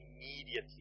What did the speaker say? immediately